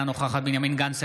אינה נוכחת בנימין גנץ,